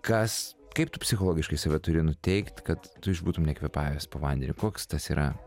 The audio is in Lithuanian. kas kaip tu psichologiškai save turi nuteikt kad tu išbūtum nekvėpavęs po vandeniu koks tas yra